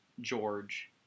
George